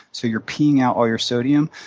so you're peeing out all your sodium,